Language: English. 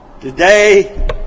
Today